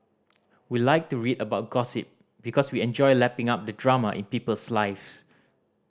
we like to read about gossip because we enjoy lapping up the drama in people's lives